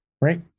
right